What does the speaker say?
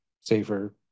safer